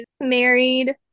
married